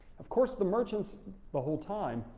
of course the merchants the whole time,